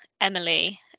Emily